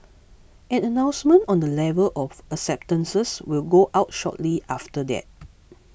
an announcement on the level of acceptances will go out shortly after that